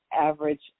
average